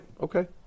Okay